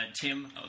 Tim